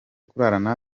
kurarana